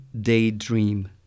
Daydream